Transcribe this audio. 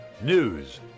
News